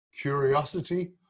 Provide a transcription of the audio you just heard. curiosity